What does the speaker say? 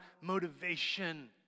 motivation